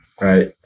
Right